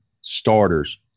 starters